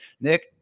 Nick